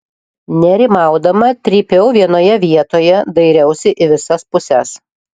nerimaudama trypiau vienoje vietoje dairiausi į visas puses